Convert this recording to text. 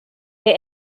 der